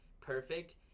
perfect